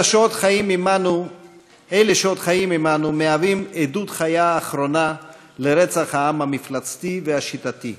אלה שעוד חיים עמנו הם עדות חיה אחרונה לרצח העם המפלצתי והשיטתי,